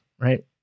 right